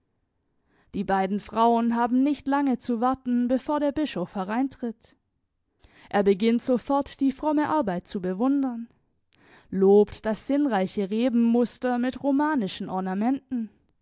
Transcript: die beiden frauen haben nicht lange zu warten bevor der bischof hereintritt er beginnt sofort die fromme arbeit zu bewundern lobt das sinnreiche rebenmuster mit romanischen ornamenten